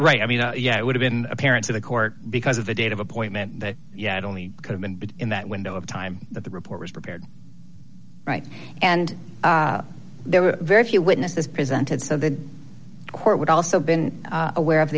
right i mean yeah it would have been apparent to the court because of the date of appointment that yet only could have been but in that window of time that the report was prepared right and there were very few witnesses presented so the court would also been aware of